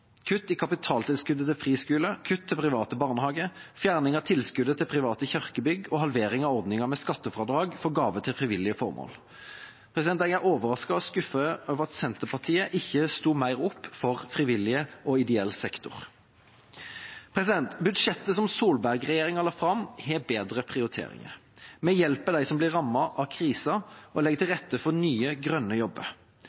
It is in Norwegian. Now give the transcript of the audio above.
Kutt i kapitaltilskuddet til friskoler, kutt til private barnehager, fjerning av tilskuddet til private kirkebygg og halvering av ordningen med skattefradrag for gaver til frivillige formål. Jeg er overrasket og skuffet over at Senterpartiet ikke sto mer opp for frivillig og ideell sektor. Budsjettet som Solberg-regjeringa la fram, har bedre prioriteringer. Vi hjelper dem som ble rammet av krisa, og legger til